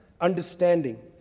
understanding